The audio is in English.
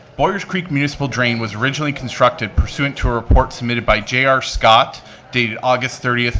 boyers creek municipal drain was originally constructed pursuant to a report submitted by j r. scott, dated august thirty,